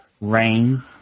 rain